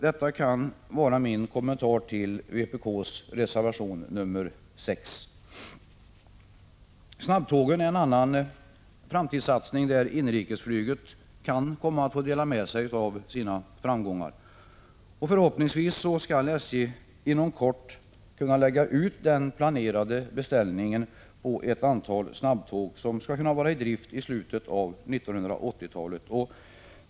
Detta kan få vara min kommentar till vpk:s reservation 6. Snabbtågen är en framtidssatsning, där inrikesflyget kan komma att få dela med sig av sina framgångar. Förhoppningsvis kan SJ inom kort lägga ut den planerade beställningen på ett antal snabbtåg, som skall kunna vara i drift i slutet av 1980-talet.